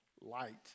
light